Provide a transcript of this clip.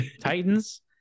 Titans